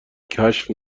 کشف